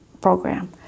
program